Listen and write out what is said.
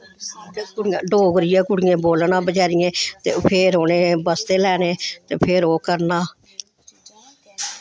डोगरी गै कुड़ियें बोलना बचैरियें ते फिर उनें बसते लैने ते फिर ओह् करना